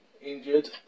Injured